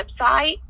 website